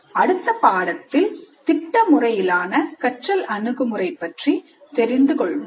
அடுத்த பாடத்தில் திட்ட முறையிலான கற்றல் அணுகுமுறை பற்றி அறிந்து கொள்வோம்